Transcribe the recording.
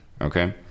Okay